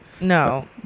No